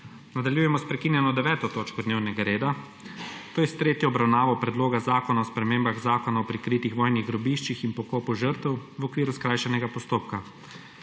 Nadaljujemo s prekinjeno 9. točko dnevnega reda, to je s tretjo obravnavo Predloga zakona o spremembah Zakona o prikritih vojnih grobiščih in pokopu žrtev v okviru skrajšanega postopka.